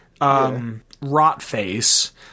Rotface